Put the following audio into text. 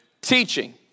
teaching